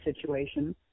situation